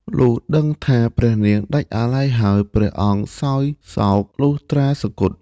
លុះដឹងថា ព្រះនាងដាច់អាល័យហើយ ព្រះអង្គសោយសោកលុះត្រាសុគត។